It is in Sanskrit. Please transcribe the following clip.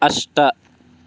अष्ट